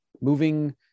moving